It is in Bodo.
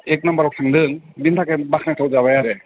एक नाम्बारआव थादों बिनि थाखाय बाखनायथाव जाबाय आरो